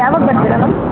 ಯಾವಾಗ ಬರ್ತೀರ ಮ್ಯಾಮ್